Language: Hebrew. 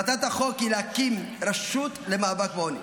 מטרת החוק היא להקים רשות למאבק בעוני,